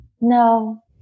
no